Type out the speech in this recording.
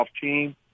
team